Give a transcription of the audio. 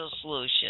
solution